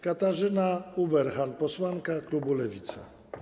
Katarzyna Ueberhan, posłanka klubu Lewica.